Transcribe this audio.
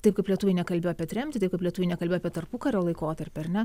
taip kaip lietuviai nekalbėjo apie tremtį taip kaip lietuviai nekalbėjo apie tarpukario laikotarpį ar ne